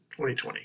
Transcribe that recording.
2020